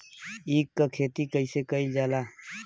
ईख क खेती कइसे कइल जाला?